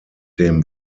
dem